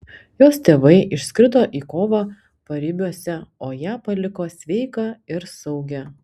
jos tėvai išskrido į kovą paribiuose o ją paliko sveiką ir saugią